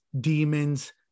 demons